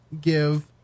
give